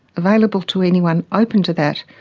available to anyone open to that,